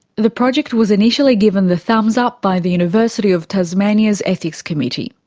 the project was initially given the thumbs up by the university of tasmania's ethics committee.